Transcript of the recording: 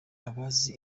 abazi